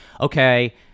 okay